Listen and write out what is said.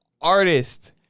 artist